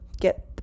get